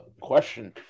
question